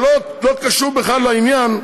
שלא קשור בכלל לעניין,